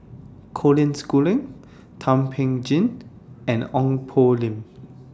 Colin Schooling Thum Ping Tjin and Ong Poh Lim